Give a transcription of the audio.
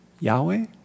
Yahweh